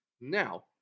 Now